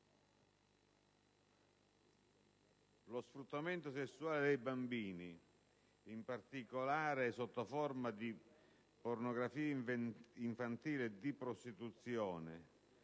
«Lo sfruttamento sessuale dei bambini, in particolare sotto forma di pornografia infantile e di prostituzione,